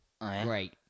Great